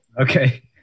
okay